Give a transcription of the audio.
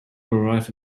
arrive